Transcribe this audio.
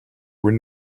were